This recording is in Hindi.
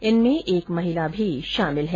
इनमें एक महिला भी शामिल है